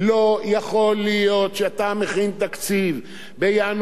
לא יכול להיות שאתה מכין תקציב בינואר,